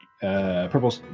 purple